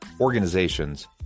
organizations